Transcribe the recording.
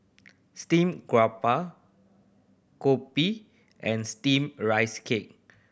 steamed garoupa kopi and Steamed Rice Cake